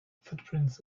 footprints